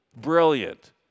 brilliant